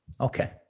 Okay